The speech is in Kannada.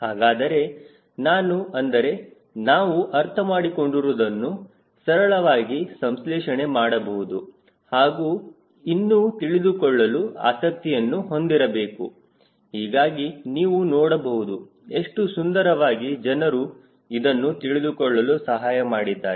ಹಾಗಾದರೆ ನಾನು ಅಂದರೆ ನಾವು ಅರ್ಥಮಾಡಿಕೊಂಡಿರುವುದನ್ನು ಸರಳವಾಗಿ ಸಂಶ್ಲೇಷಣೆ ಮಾಡಬಹುದು ಹಾಗೂ ಇನ್ನು ತಿಳಿದುಕೊಳ್ಳಲು ಆಸಕ್ತಿಯನ್ನು ಹೊಂದಿರಬೇಕು ಹೀಗಾಗಿ ನೀವು ನೋಡಬಹುದು ಎಷ್ಟು ಸುಂದರವಾಗಿ ಜನರು ಇದನ್ನು ತಿಳಿದುಕೊಳ್ಳಲು ಸಹಾಯ ಮಾಡಿದ್ದಾರೆ